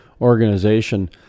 organization